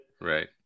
Right